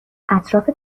اطراف